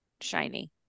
shiny